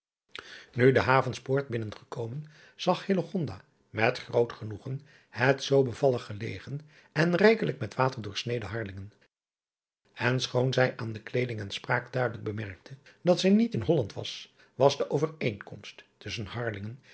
u de avenspoort binnen gekomen zag met groot genoegen het zoo bevallig gelegen en rijkelijk met water doorsneden arlingen n schoon zij aan de kleeding en spraak duidelijk bemerkte dat zij niet in olland was was de overeenkomst tusschen